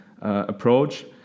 approach